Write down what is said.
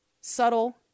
subtle